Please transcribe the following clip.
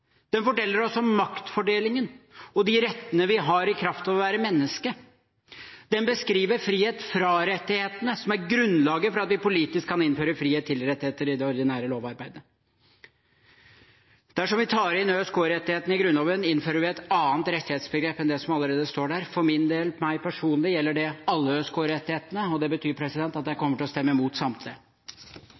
Den forteller oss om maktfordelingen og de rettene vi har i kraft av å være menneske. Den beskriver frihet fra rettighetene, som er grunnlaget for at vi politisk kan innføre frihet til rettigheter i det ordinære lovarbeidet. Dersom vi tar inn ØSK-rettighetene i Grunnloven, innfører vi et annet rettighetsbegrep enn det som allerede står der. For min del, meg personlig, gjelder det alle ØSK-rettighetene, og det betyr at jeg kommer til å stemme imot samtlige.